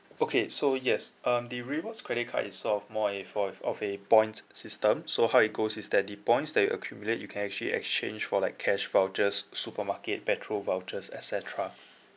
okay so yes um the rewards credit card is sort of more a for a of a point system so how it goes is that the points that you accumulate you can actually exchange for like cash vouchers supermarket petrol vouchers et cetera